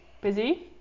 Busy